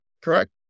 Correct